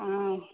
ಹಾಂ